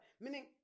meaning